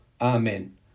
Amen